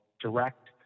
Direct